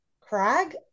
Craig